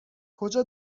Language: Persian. کجا